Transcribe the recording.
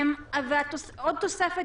עוד תוספת